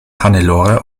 hannelore